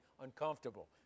uncomfortable